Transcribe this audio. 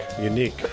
unique